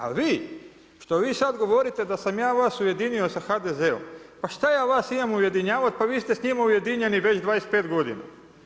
A vi, što vi sada govorite da sam ja vas ujedinio sa HDZ-om, pa šta ja vas imam ujedinjavati, pa vi ste s njima ujedinjeni već 25 godina.